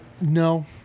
No